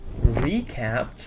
recapped